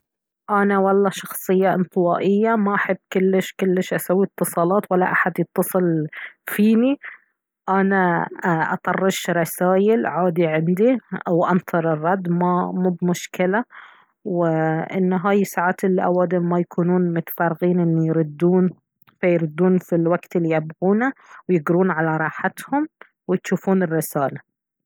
انا والله شخصية انطوائية ما احب كلش كلش اسوي اتصالات ولا احد يتصل فيني انا اطرش رسايل عادي عندي او انطر الرد ما مب مشكلة وان هاي ساعات الأوادم ما يكونون متفرغين ان يردون فيردون في الوقت الي يبغونه ويقرون على راحتهم وتشوفون الرسالة